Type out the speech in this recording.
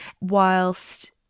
whilst